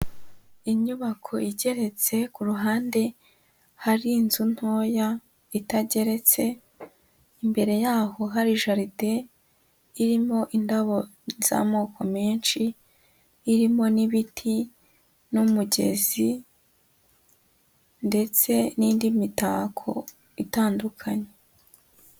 Inyubako igeretse ku ruhande hari inzu ntoya itageretse, imbere y'aho hari jaride irimo indabo z'amoko menshi, irimo n'ibiti n'umugezi, ndetse n'indi mitako itandukanye.